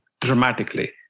dramatically